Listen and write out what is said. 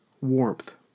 warmth